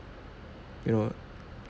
you know